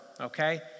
okay